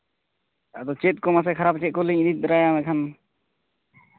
ᱟᱫᱚ ᱪᱮᱫ ᱠᱚ ᱢᱟᱥᱮ ᱠᱷᱟᱨᱟᱯ ᱪᱮᱫ ᱠᱚᱞᱤᱧ ᱤᱫᱤ ᱛᱟᱨᱟᱭᱟ ᱟᱠᱷᱟᱱ